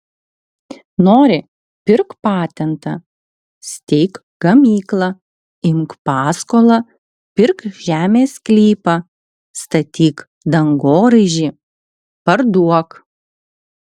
nori pirk patentą steik gamyklą imk paskolą pirk žemės sklypą statyk dangoraižį parduok